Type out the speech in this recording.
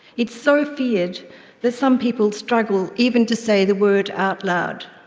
it's so feared that some people struggle even to say the word out loud.